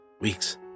Weeks